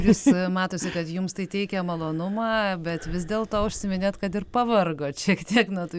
visi matosi kad jums tai teikia malonumą bet vis dėl to užsiiminėt kad ir pavargot šiek tiek nuo tų